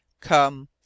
come